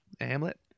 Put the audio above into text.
Hamlet